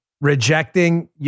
rejecting